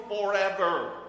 forever